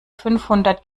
fünfhundert